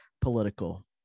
political